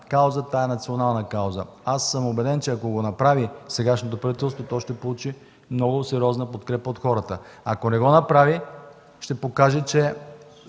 а национална кауза. Убеден съм, че ако го направи сегашното правителство, то ще получи много сериозна подкрепа от хората. Ако не го направи – ще покаже, че